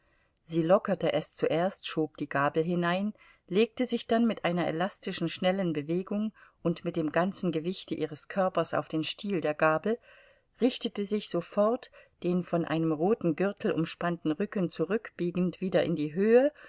sie lockerte es zuerst schob die gabel hinein legte sich dann mit einer elastischen schnellen bewegung und mit dem ganzen gewichte ihres körpers auf den stiel der gabel richtete sich sofort den von einem roten gürtel umspannten rücken zurückbiegend wieder in die höhe